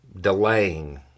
delaying